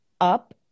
up